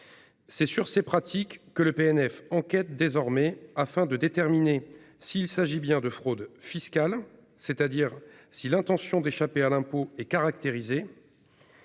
C'est sur ces pratiques que le PNF enquête désormais, afin de déterminer s'il s'agit bien de fraude fiscale, c'est-à-dire si l'intention d'échapper à l'impôt est caractérisée.